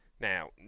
now